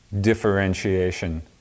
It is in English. differentiation